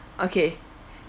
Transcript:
okay